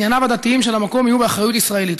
ענייניו הדתיים של המקום יהיו באחריות ישראלית.